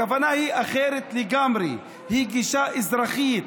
הכוונה היא אחרת לגמרי: גישה אזרחית,